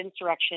insurrection